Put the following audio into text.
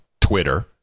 Twitter